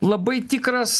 labai tikras